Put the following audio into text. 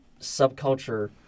subculture